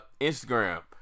Instagram